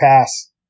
pass